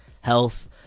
health